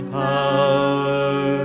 power